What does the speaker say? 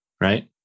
right